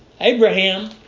Abraham